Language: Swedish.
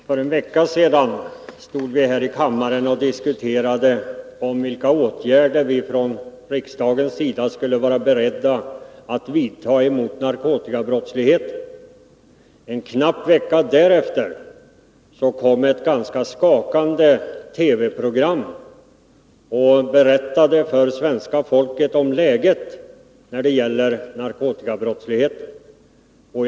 Herr talman! För en vecka sedan diskuterade vi vilka åtgärder riksdagen skulle vara beredd att vidta mot narkotikabrottsligheten. En knapp vecka därefter kom ett ganska skakande TV-program som berättade för svenska folket om läget när det gäller narkotikabrottsligheten.